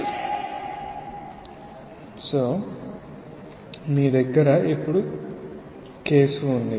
కాబట్టి మీ దగ్గర ఇప్పుడు కేసు ఉంది